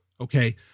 okay